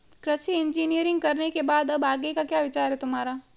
कृषि इंजीनियरिंग करने के बाद अब आगे का क्या विचार है तुम्हारा?